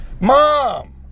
Mom